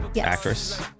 Actress